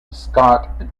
scott